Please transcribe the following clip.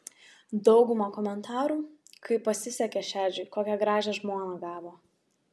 dauguma komentarų kaip pasisekė šedžiui kokią gražią žmoną gavo